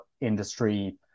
industry